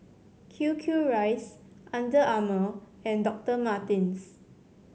Q Q Rice Under Armour and Doctor Martens